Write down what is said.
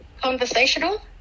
conversational